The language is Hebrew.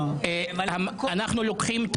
אנחנו לוקחים את